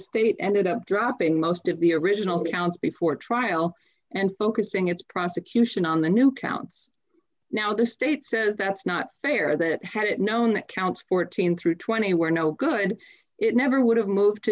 state ended up dropping most of the original counts before trial and focusing its prosecution on the new counts now the state says that's not fair that had it known that counts fourteen through twenty were no good it never would have moved to